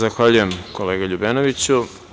Zahvaljujem, kolega Ljubenoviću.